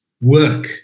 work